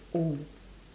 own